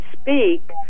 speak